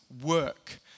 work